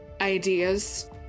ideas